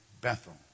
Bethel